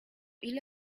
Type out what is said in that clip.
ile